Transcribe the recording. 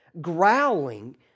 growling